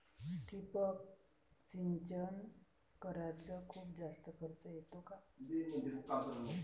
ठिबक सिंचन कराच खूप जास्त खर्च येतो का?